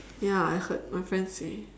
ya I heard my friend say